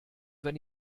wenn